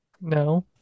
no